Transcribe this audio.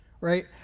right